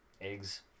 Eggs